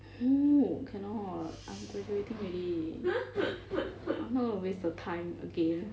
no cannot I'm graduating already I'm not gonna waste the time again